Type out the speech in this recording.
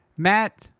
Matt